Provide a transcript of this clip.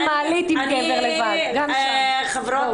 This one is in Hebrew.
חברות